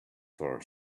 for